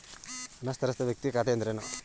ಅನಕ್ಷರಸ್ಥ ವ್ಯಕ್ತಿಯ ಖಾತೆ ಎಂದರೇನು?